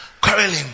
quarreling